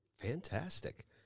Fantastic